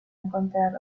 encontrar